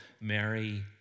Mary